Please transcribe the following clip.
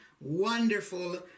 wonderful